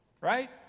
right